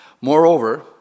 Moreover